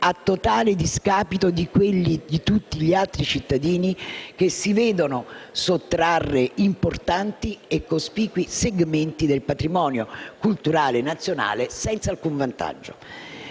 a totale discapito di quelli di tutti gli altri cittadini che si vedono sottrarre importanti e cospicui segmenti del patrimonio culturale nazionale senza alcun vantaggio.